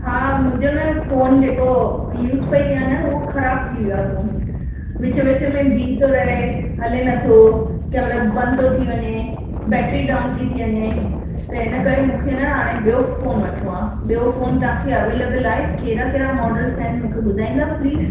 हा मुंहिंजो न फ़ोन जेको यूस पेई कया न उहो ख़राबु थी वियो आहे फ़ोन विच विच में बीह थो रहे हले नथो कंहिं महिल बंदि थो थी वञे बैटरी डाउन थी थी वञे त इनकरे मूंखे न हाणे ॿियो फ़ोन वठिणो आहे ॿियो फ़ोन तव्हांखे अवेलेबल आहे कहिड़ा कहिड़ा मॉडल्स आहिनि मूंखे ॿुधाईंदव प्लीज़